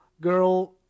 girl